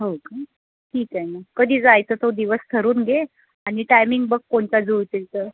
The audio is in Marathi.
हो का ठीक आहे ना कधी जायचं तो दिवस ठरवून घे आणि टायमिंग बघ कोणता जुळेल ते